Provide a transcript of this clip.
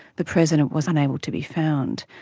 the president was unable to be found.